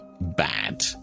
bad